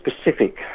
specific